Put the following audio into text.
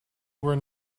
were